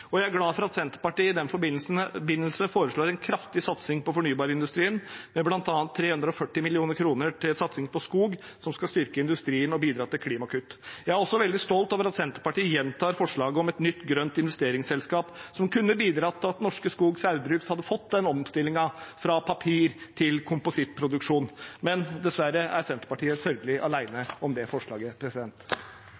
Jeg er glad for at Senterpartiet i den forbindelse foreslår en kraftig satsing på fornybarindustrien med bl.a. 340 mill. kr til satsing på skog, som skal styrke industrien og bidra til klimakutt. Jeg er også veldig stolt over at Senterpartiet gjentar forslaget om et nytt, grønt investeringsselskap som kunne bidratt til at Norske Skog Saugbrugs hadde fått omstillingen fra papir til komposittproduksjon. Men dessverre er Senterpartiet